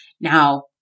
Now